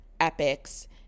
Epic's